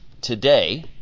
today